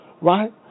Right